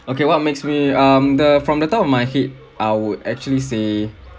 okay what makes me um the from the top of my head I would actually say